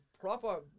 proper